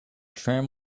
tram